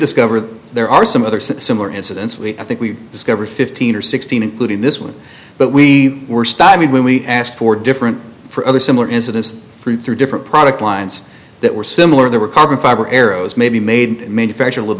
discover that there are some other similar incidents we i think we discovered fifteen or sixteen including this one but we were stymied when we asked for different for other similar incidents from three different product lines that were similar that were carbon fiber arrows maybe made manufacture a little